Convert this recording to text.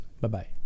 Bye-bye